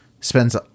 spends